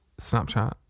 snapchat